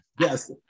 Yes